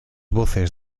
voces